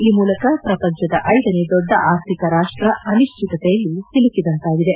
ಈ ಮೂಲಕ ಪ್ರಪಂಚದ ಐದನೇ ದೊಡ್ಡ ಅರ್ಥಿಕ ರಾಷ್ಟ ಅನಿಶ್ಚಿತೆಯಲ್ಲಿ ಸಿಲುಕಿದಂತಾಗಿದೆ